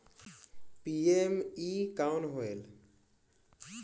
PME कौन होयल?